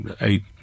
eight